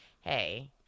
hey